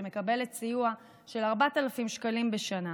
שמקבלת סיוע של 4,000 שקלים בשנה,